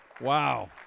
Wow